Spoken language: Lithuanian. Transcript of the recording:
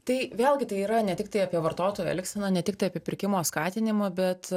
tai vėlgi tai yra ne tiktai apie vartotojo elgseną ne tiktai apie pirkimo skatinimą bet